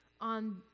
on